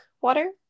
water